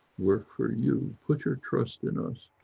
work for you put your trust in us.